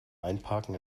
einparken